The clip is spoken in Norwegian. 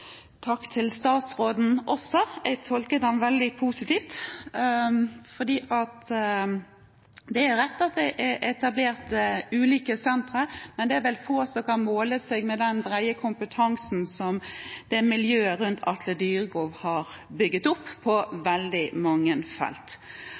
at det er etablert ulike sentre, men det er vel få som kan måle seg med den brede kompetansen som den miljøet rundt Atle Dyregrov har bygget opp på veldig mange felt.